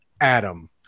Adam